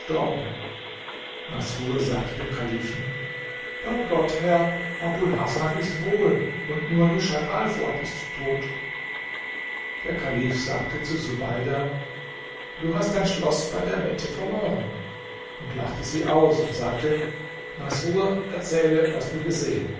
gestorben masrur sagte dem kalifen bei gott herr abul hasan ist wohl und nur rushat alfuad ist tot der kalif sagte zu subeida du hast dein schloß bei der wette verloren und lachte sie aus und sagte masrur erzähle was du gesehen